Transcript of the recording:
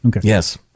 Yes